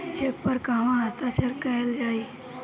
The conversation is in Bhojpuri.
चेक पर कहवा हस्ताक्षर कैल जाइ?